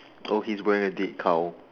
oh he is wearing a dead cow